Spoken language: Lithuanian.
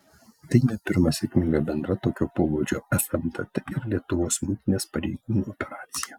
tai ne pirma sėkminga bendra tokio pobūdžio fntt ir lietuvos muitinės pareigūnų operacija